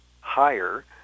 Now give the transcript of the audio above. higher